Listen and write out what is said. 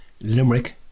Limerick